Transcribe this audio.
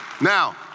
Now